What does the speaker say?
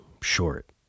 short